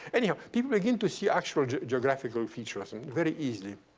anyhow, people begin to see actual geographical features um very easily.